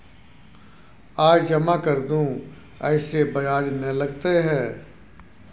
आय जमा कर दू ऐसे ब्याज ने लगतै है?